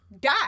die